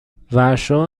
ورشو